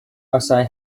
buasai